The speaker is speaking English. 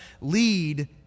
lead